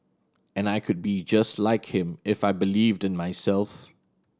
and I could be just like him if I believed in myself